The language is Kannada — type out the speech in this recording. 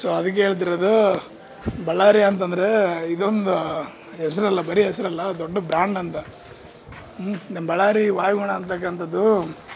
ಸೋ ಅದಕ್ಕೆ ಹೇಳ್ತಿರೋದು ಬಳ್ಳಾರಿ ಅಂತಂದರೆ ಇದೊಂದು ಹೆಸರಲ್ಲ ಬರೀ ಹೆಸರಲ್ಲ ದೊಡ್ಡ ಬ್ರ್ಯಾಂಡ್ ಅಂತ ನಮ್ಮ ಬಳ್ಳಾರಿ ವಾಯುಗುಣ ಅಂತಕ್ಕಂಥದ್ದು